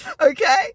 Okay